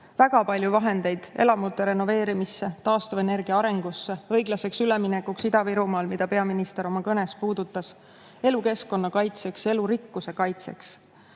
Väga palju vahendeid läheb elamute renoveerimisse, taastuvenergia arengusse, õiglaseks üleminekuks Ida-Virumaal, mida peaminister oma kõnes puudutas, elukeskkonna kaitseks, elurikkuse kaitseks,